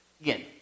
Again